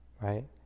right